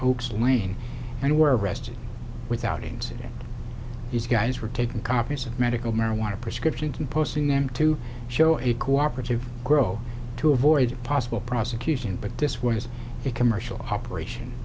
hoops lane and were arrested without incident these guys were taken copies of medical marijuana prescription composing and to show a co operative grow to avoid possible prosecution but this was a commercial operation